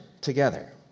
together